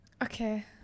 Okay